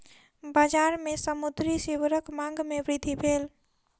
बजार में समुद्री सीवरक मांग में वृद्धि भेल